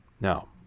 Now